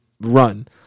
Run